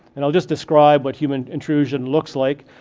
and i'll just describe what human intrusion looks like.